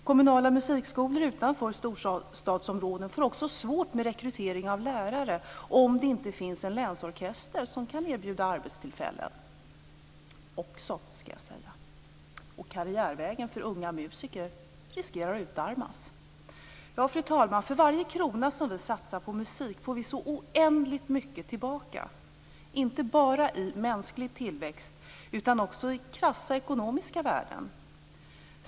Kommunala musikskolor utanför storstadsområden får svårt med rekrytering av lärare om det inte finns en länsorkester som kan erbjuda arbetstillfällen, också, skulle jag säga. Karriärvägen för unga musiker riskerar att utarmas. Fru talman! För varje krona som vi satsar på musik får vi så oändligt mycket tillbaka, inte bara i mänsklig tillväxt utan också i krassa ekonomiska värden.